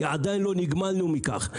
עדיין לא נגמלנו מכך.